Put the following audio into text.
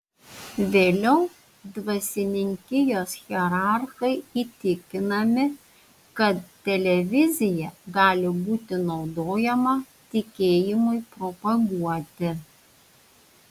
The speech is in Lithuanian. vėliau dvasininkijos hierarchai įtikinami kad televizija gali būti naudojama tikėjimui propaguoti